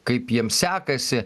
kaip jiems sekasi